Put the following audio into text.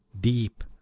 deep